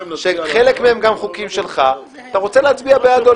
עצור עצור,